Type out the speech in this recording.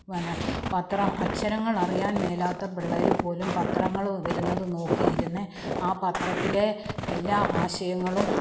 പിന്നെ പത്രം അക്ഷരങ്ങൾ അറിയാൻ മേലാത്ത പിള്ളേർ പോലും പത്രങ്ങൾ വരുന്നതും നോക്കി ഇരുന്ന് ആ പത്രത്തിലെ എല്ലാ ആശയങ്ങളും